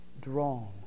drawn